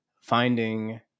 finding